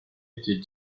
était